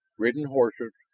ridden horses,